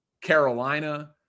Carolina